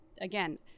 again